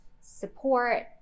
support